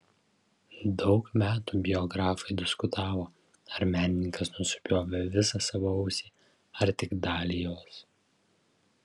daug metų biografai diskutavo ar menininkas nusipjovė visą savo ausį ar tik dalį jos